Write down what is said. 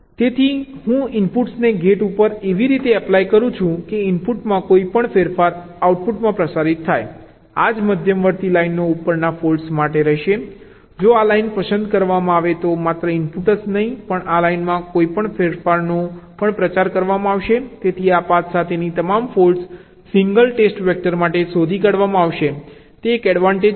તેથી હું ઇનપુટ્સને ગેટ ઉપર એવી રીતે એપ્લાય કરું છું કે ઇનપુટમાં કોઈપણ ફેરફાર આઉટપુટમાં પ્રસારિત થશે આ જ મધ્યવર્તી લાઈનો ઉપરના ફોલ્ટ્સ માટે રહેશે જો આ લાઇન પસંદ કરવામાં આવે તો માત્ર ઇનપુટ જ નહીં આ લાઇનમાં કોઈપણ ફેરફારનો પણ પ્રચાર કરવામાં આવશે તેથી પાથ સાથેની તમામ ફોલ્ટ્સ સિંગલ ટેસ્ટ વેક્ટર દ્વારા શોધી કાઢવામાં આવશે તે એક એડવાન્ટેજ છે